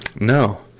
No